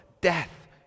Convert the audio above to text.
Death